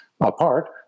apart